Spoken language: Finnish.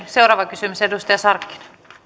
seuraava kysymys edustaja sarkkinen